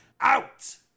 Out